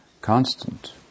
constant